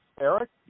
Eric